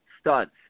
studs